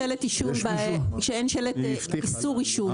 או, למשל, כשאין שלט על איסור עישון.